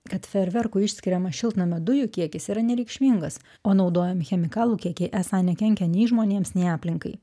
kad feerverkų išskiriamą šiltnamio dujų kiekis yra nereikšmingas o naudojami chemikalų kiekiai esą nekenkia nei žmonėms nei aplinkai